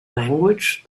language